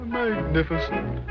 magnificent